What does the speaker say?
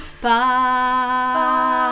Bye